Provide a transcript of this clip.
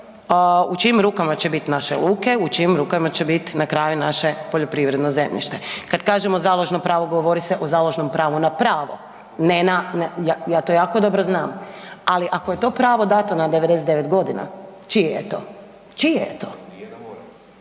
u čijim rukama će biti naše luke, u čijim rukama će bit na kraju naše poljoprivredno zemljište. Kad kažemo založno pravo, govori se o založnom pravu na pravo, ne na, ja to jako dobro znam, ali ako je to pravo dato na 99 g., čije je to? Čije je to?